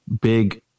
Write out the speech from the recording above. big